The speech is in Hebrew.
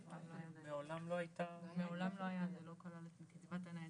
התיקון מעולם לא כלל את קצבת הניידות.